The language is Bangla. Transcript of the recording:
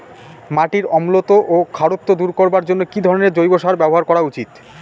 মাটির অম্লত্ব ও খারত্ব দূর করবার জন্য কি ধরণের জৈব সার ব্যাবহার করা উচিৎ?